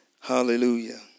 hallelujah